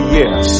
yes